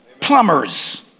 plumbers